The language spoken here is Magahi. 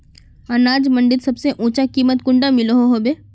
अनाज मंडीत सबसे ऊँचा कीमत कुंडा मिलोहो होबे?